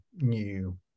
new